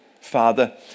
father